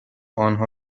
انها